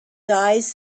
eyes